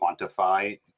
quantify